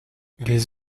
les